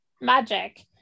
magic